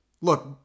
look